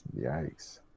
Yikes